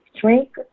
drink